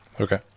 Okay